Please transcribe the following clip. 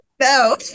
No